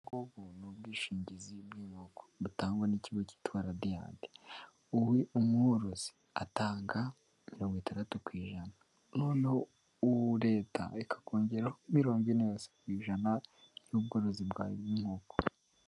Ubu n'ubwishingizi bw'inkoko butangwa n'ikigo cyitwa Radiyati. Ubu umworozi atanga mirongo itandatu ku ijana, noneho uwo leta ikakongera mirongo ine yose ku ijana y'ubworozi bwawe bw'inkoko.